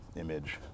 image